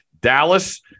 Dallas